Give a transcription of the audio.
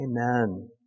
Amen